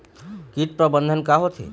कीट प्रबंधन का होथे?